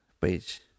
page